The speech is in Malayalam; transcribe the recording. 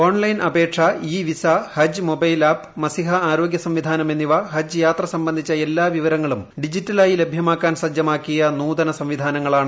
ഓൺലൈൻ ആപ്പേക്ഷ ഇ വിസ ഹജ്ജ് മൊബൈൽ ആപ്പ് മസിഹ ആരോഗ്യ സംവിധാനം എന്നിവ ഹജ്ജ് യാത്ര സംബന്ധിച്ച് എല്ലാ വിവരങ്ങളും ഡിജിറ്റലായി ലഭ്യമാക്കാൻ സജ്ജമ്മാക്കിയ നൂതന സംവിധാനങ്ങളാണ്